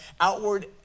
outward